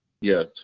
Yes